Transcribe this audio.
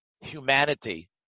humanity